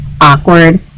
awkward